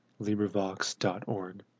LibriVox.org